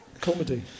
comedy